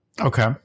Okay